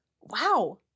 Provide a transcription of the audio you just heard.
Wow